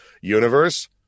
Universe